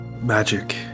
magic